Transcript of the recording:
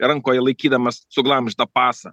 rankoje laikydamas suglamžytą pasą